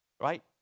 Right